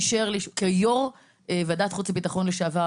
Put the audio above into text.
אישר לי כיו"ר ועדת החוץ והביטחון לשעבר